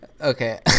okay